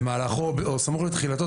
במהלכו או סמוך לתחילתו.